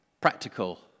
Practical